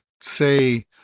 say